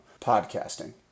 podcasting